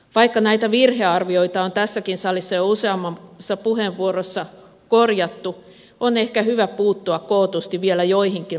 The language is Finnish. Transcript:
vaikka näitä virhearvioita on tässäkin salissa jo useammassa puheenvuorossa korjattu on ehkä hyvä puuttua kootusti vielä joihinkin lainvastaisiin argumentteihin